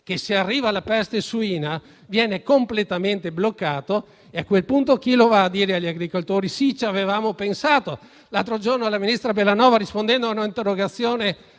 maiale, con la peste suina, viene completamente bloccato e a quel punto chi va a dire agli agricoltori che ci avevamo pensato? L'altro giorno il ministro Bellanova, rispondendo a un'interrogazione